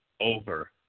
over